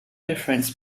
difference